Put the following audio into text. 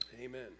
amen